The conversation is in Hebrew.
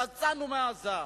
יצאנו מעזה.